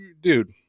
dude